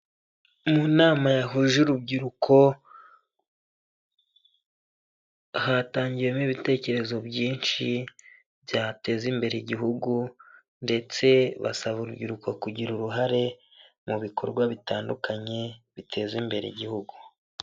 Mu nama yahuje urubyiruko, hatangiyewemo ibitekerezo byinshi byateza imbere igihugu ndetse basaba urubyiruko kugira uruhare mu bikorwa bitandukanye biteza imbere igihugu.